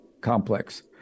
complex